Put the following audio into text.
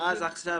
אז עכשיו